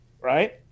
right